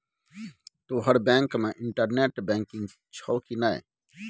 तोहर बैंक मे internet banking छौ कि नै